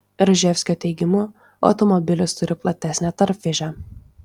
rževuskio teigimu automobilis turi platesnę tarpvėžę